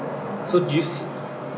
so do you se~